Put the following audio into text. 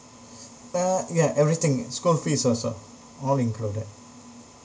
uh ya everything school fees also all included